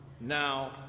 now